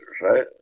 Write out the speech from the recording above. right